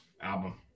album